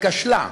כשלה,